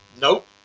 nope